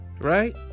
Right